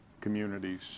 communities